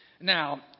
Now